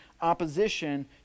opposition